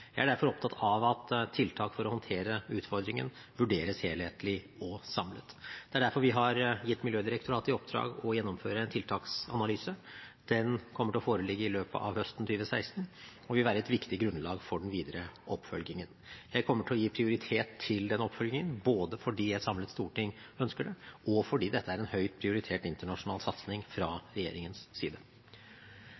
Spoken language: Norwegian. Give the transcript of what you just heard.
Jeg er derfor opptatt av at tiltak for å håndtere utfordringen vurderes helhetlig og samlet. Det er derfor vi har gitt Miljødirektoratet i oppdrag å gjennomføre en tiltaksanalyse. Den kommer til å foreligge i løpet av høsten 2016 og vil være et viktig grunnlag for den videre oppfølgingen. Jeg kommer til å gi denne oppfølgingen prioritet, både fordi et samlet storting ønsker det, og fordi dette er en høyt prioritert internasjonal satsing fra